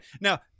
now